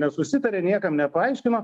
nesusitaria niekam paaiškino